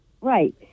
right